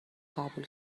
قبول